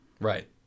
Right